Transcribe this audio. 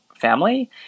family